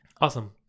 awesome